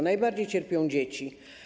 Najbardziej cierpią dzieci.